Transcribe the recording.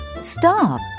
Stop